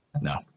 no